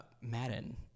Madden